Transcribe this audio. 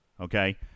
okay